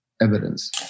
evidence